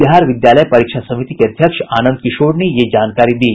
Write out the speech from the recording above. बिहार विद्यालय परीक्षा समिति के अध्यक्ष आनंद किशोर ने यह जानकारी दी